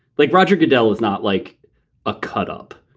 like roger goodell is not like a cut up.